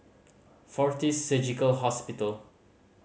Fortis Surgical Hospital